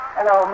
Hello